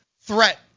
threat